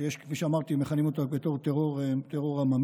שכפי שאמרתי, יש שמכנים אותה "טרור עממי".